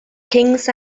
kings